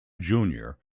junior